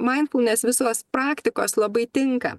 mainfulnes visos praktikos labai tinka